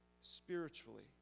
spiritually